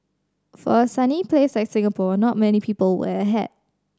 for a sunny place like Singapore not many people wear a hat